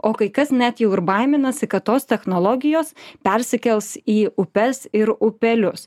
o kai kas net jau ir baiminasi kad tos technologijos persikels į upes ir upelius